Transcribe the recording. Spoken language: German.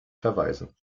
verweisen